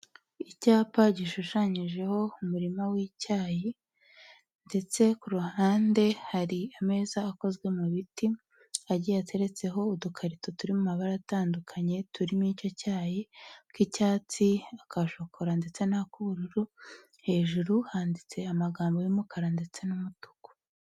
Icyapa gishushanyijeho umurima w'icyayi ndetse ku ruhande hari ameza akozwe mu biti, agiye ateretseho udukarito turi mu mabara atandukanye, turimo icyo cyayi, ak'icyatsi, aka shokora ndetse n'ak'ubururu, hejuru handitse amagambo y'umukara ndetse n'umutuku.